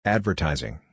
Advertising